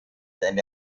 ende